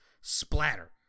splatter